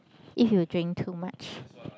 if you drink too much